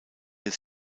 des